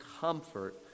comfort